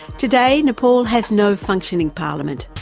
today nepal has no functioning parliament,